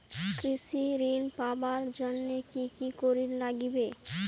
কৃষি ঋণ পাবার জন্যে কি কি করির নাগিবে?